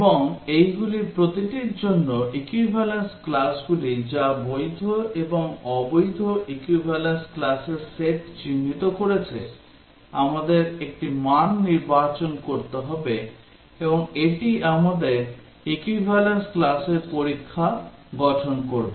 এবং এইগুলির প্রতিটির জন্য equivalence classগুলি যা বৈধ এবং অবৈধ equivalence classর সেট চিহ্নিত করেছে আমাদের একটি মান নির্বাচন করতে হবে এবং এটি আমাদের equivalence classর পরীক্ষা গঠন করবে